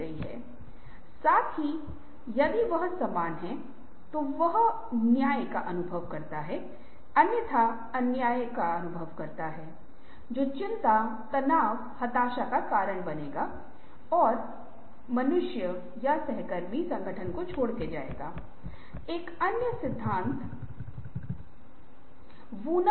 और इससे यह भी पता चलेगा कि उद्यमशीलता रचनात्मकता और नवीनता के साथ भी जुड़ी हुई है क्योंकि आप उद्यमियों को सभी संगठनों में पाएंगे सभी कर्मचारी व्यवसायी नहीं हैं